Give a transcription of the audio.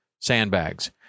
Sandbags